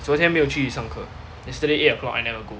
昨天没有去上课 yesterday eight o'clock I never go